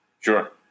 Sure